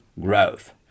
growth